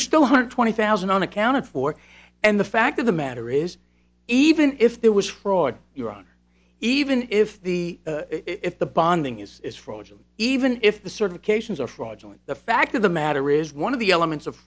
there's still one hundred twenty thousand unaccounted for and the fact of the matter is even if there was fraud you're on even if the if the bonding is frozen even if the certifications are fraudulent the fact of the matter is one of the elements of